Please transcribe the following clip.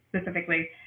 specifically